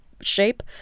shape